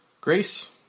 Grace